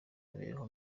imibereho